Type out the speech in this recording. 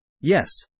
Yes